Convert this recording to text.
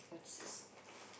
that is